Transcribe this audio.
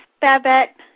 Babette